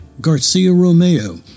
Garcia-Romeo